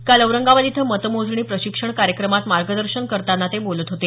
काल औरंगाबाद इथं मतमोजणी प्रशिक्षण कार्यक्रमात मार्गदर्शन करताना ते बोलत होते